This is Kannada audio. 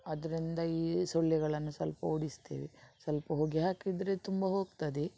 ಅದರಿಂದ ಈ ಸೊಳ್ಳೆಗಳನ್ನು ಸ್ವಲ್ಪ ಓಡಿಸ್ತೇವೆ ಸ್ವಲ್ಪ ಹೊಗೆ ಹಾಕಿದರೆ ತುಂಬ ಹೋಗ್ತದೆ